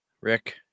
Rick